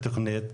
חצי,